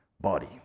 body